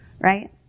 Right